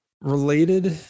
related